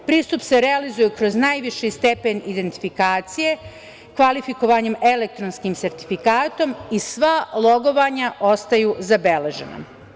Pristup se realizuje kroz najviši stepen identifikacije, kvalifikovanjem elektronskim sertifikatom i sva logovanja ostaju zabeležena.